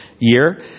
Year